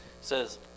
says